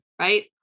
right